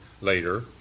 later